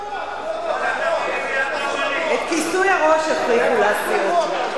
את כיסוי הראש הכריחו להסיר.